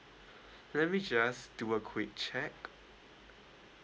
let me just do a quick check